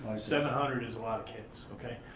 seven hundred is a lot of kids, okay.